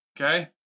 Okay